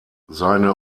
seine